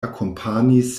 akompanis